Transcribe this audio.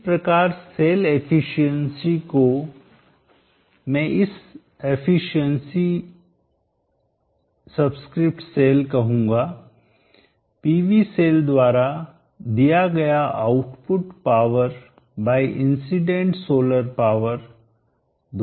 इस प्रकार cell efficiency दक्षता को मैं इसे एफिशिएंसी सब्सक्रिप्ट सेल कहूंगाPV सेल द्वारा दिया गया output power by incident solar power द्वारा दिया जाता है